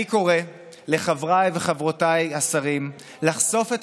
אני קורא לחבריי וחברותיי השרים לחשוף את